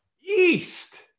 East